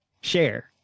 share